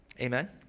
Amen